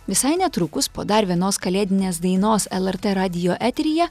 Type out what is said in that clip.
visai netrukus po dar vienos kalėdinės dainos lrt radijo eteryje